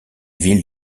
ville